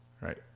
right